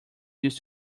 used